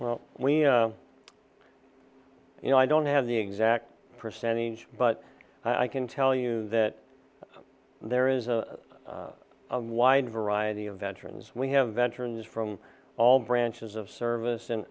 well we you know i don't have the exact percentage but i can tell you that there is a wide variety of veterans we have veterans from all branches of service and